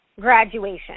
graduation